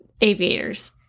aviators